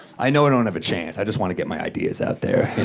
i know i don't have a chance. i just want to get my ideas out there,